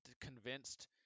convinced